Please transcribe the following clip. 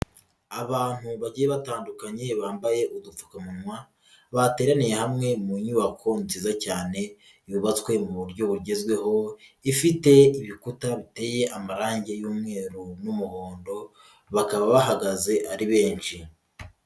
Abantu bagiye batandukanye bambaye udupfukamunwa bateraniye hamwe mu nyubako nziza cyane yubatswe mu buryo bugezweho ifite ibikuta biteye amarangi y'umweru n'umuhondo bakaba bahagaze ari benshi.